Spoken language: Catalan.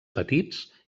petits